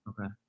Okay